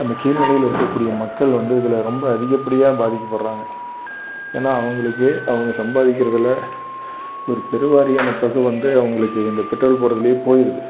அந்த கீழ்நிலையில இருக்கக்கூடிய மக்கள் வந்து இதில் ரொம்ப அதிகப்படியாக பாதிக்கப்படுறாங்க ஏன்னா அவங்களுக்கு அவங்க சம்பாதிக்கிறதில் ஒரு பெருவாரியான தொகை வந்து அவங்களுக்கு இந்த பெட்ரோல் போடுறதுலையே போய்விடுது